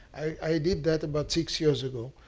i did that about six years ago.